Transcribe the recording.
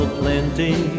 plenty